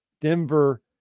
Denver